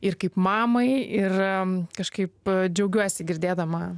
ir kaip mamai ir kažkaip džiaugiuosi girdėdama